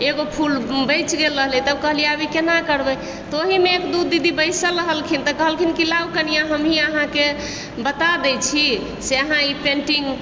एगो फूल बचि गेल रहलय तब कहलियइ आब ई केना करबय तऽ ओहीमे एक दू दीदी बैसल रहलखिन तऽ कहलखिन कि लाउ कनियाँ हमहिं अहाँके बता दै छी से अहाँ ई पेन्टिंग